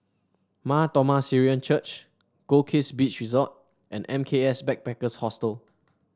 Mar Thoma Syrian Church Goldkist Beach Resort and M K S Backpackers Hostel